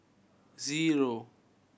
zero